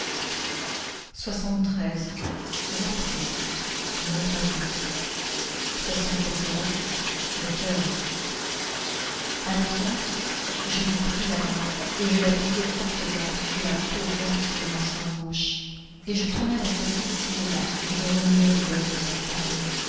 reprise le coeur haletante je lui pris la main et je l'appliquai fortement sous la peau moite de mon sein gauche et je tournais la tête ici et là et je remuais les lèvres sans parler